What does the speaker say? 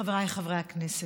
חבריי חברי הכנסת,